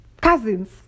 cousins